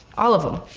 all of them.